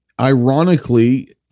ironically